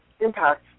impacts